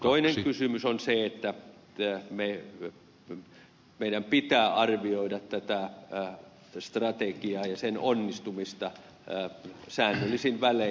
toinen kysymys on se että meidän pitää arvioida tätä strategiaa ja sen onnistumista säännöllisin välein